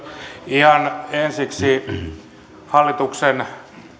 ihan ensiksi hallituksen